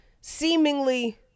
seemingly